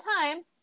time